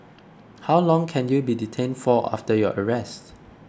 how long can you be detained for after your arrest